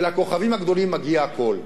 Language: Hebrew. ולכוכבים הגדולים מגיע הכול.